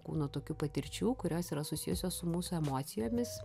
kūno tokių patirčių kurios yra susijusios su mūsų emocijomis